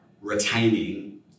Retaining